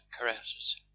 caresses